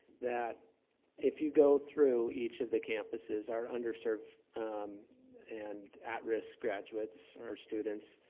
that if you go through each of the campuses are underserved and at risk graduates or students